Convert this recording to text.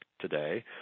today